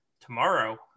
tomorrow